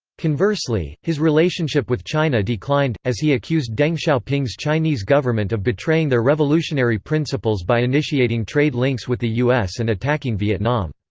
conversely, his relationship with china declined, as he accused deng xiaoping's chinese government of betraying their revolutionary principles by initiating trade links with the u s. and attacking vietnam.